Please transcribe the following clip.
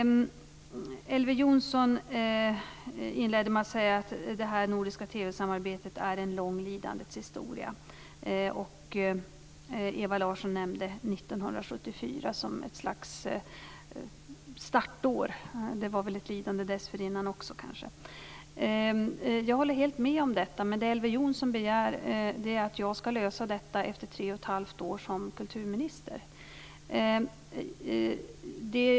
Elver Jonsson inledde med att säga att det nordiska TV-samarbetet är en lång lidandeshistoria, och Ewa Larsson nämnde 1974 som ett startår. Det var kanske ett lidande också dessförinnan. Jag håller helt med om detta, men det som Elver Jonsson begär är att jag efter tre och ett halvt år som kulturminister ska lösa detta.